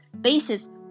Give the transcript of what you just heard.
bases